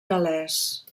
gal·lès